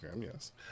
yes